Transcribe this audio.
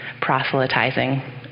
proselytizing